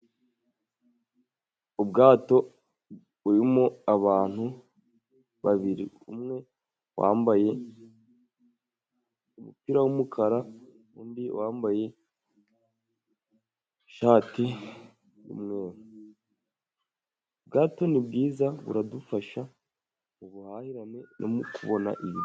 Ubwato burimo abantu babiri: umwe wambaye umupira wumukara, undi wambaye ishati y'umweru. Ubwato ni bwiza, buradufasha ubuhahirane no mu kubona ibi....